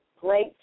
great